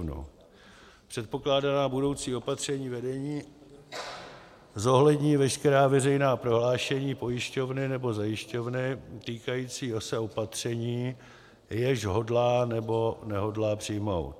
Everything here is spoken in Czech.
e) předpokládaná budoucí opatření vedení zohlední veškerá veřejná prohlášení pojišťovny nebo zajišťovny týkající se opatření, jež hodlá nebo nehodlá přijmout.